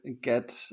get